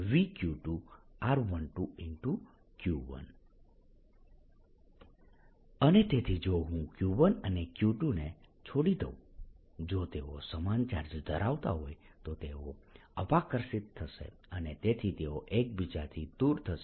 Q214π0Q1Q2r12VQ2r12Q1 અને તેથી જો હું Q1 અને Q2 ને છોડી દઉં જો તેઓ સમાન ચાર્જ ધરાવતા હોય તો તેઓ અપાકર્ષિત થશે અને તેથી તેઓ એકબીજાથી દૂર જશે